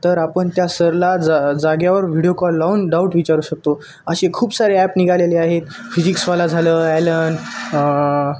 तर आपण त्या सरला जा जागेवर व्हिडिओ कॉल लावून डाऊट विचारू शकतो असे खूप सारे ॲप निघालेले आहेत फिजिक्सवाला झालं ॲलन